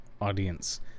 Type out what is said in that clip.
audience